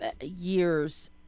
years